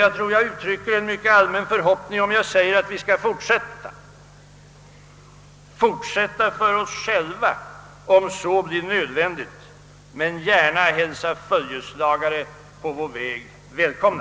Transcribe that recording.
Jag tror att jag uttrycker en mycket allmän förhoppning om jag säger, att vi skall fortsätta med detta — fortsätta för oss själva, om så blir nödvändigt, men gärna hälsa följeslagare på vår väg välkomna.